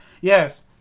Yes